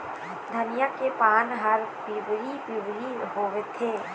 धनिया के पान हर पिवरी पीवरी होवथे?